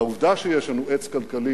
העובדה שיש לנו עץ כלכלי